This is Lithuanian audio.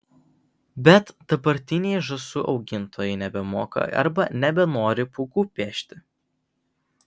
bet dabartiniai žąsų augintojai nebemoka arba nebenori pūkų pešti